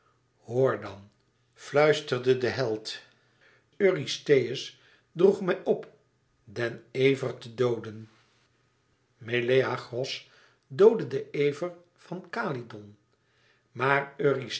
hoor dan fluisterde de held eurystheus droeg mij op den ever te dooden meleagros doodde den ever van kalydon maar